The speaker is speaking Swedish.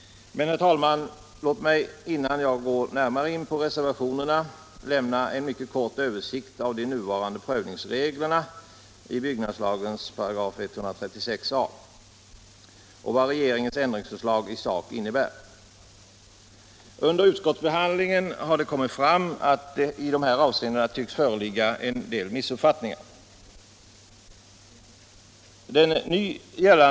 Men, herr talman, låt mig innan jag går närmare in på reservationerna lämna en mycket kort översikt av de nuvarande prövningsreglerna i 136 a § byggnadslagen och vad regeringens ändringsförslag i sak innebär. Under utskottsbehandlingen har det kommit fram att det i de här avseendena tycks föreligga en del missuppfattningar.